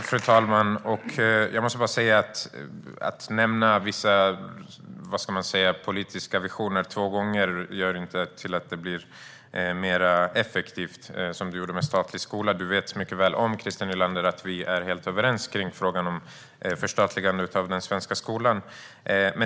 Fru talman! Att nämna vissa politiska visioner två gånger, så som Christer Nylander gjorde med statlig skola, gör det inte mer effektivt. Du vet mycket väl om, Christer, att vi är helt överens om att förstatliga den svenska skolan.